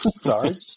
Sorry